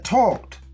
talked